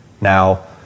now